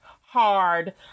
hard